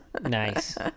nice